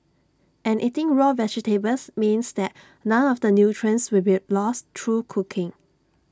and eating raw vegetables means that none of the nutrients will be lost through cooking